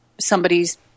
somebody's